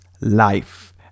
life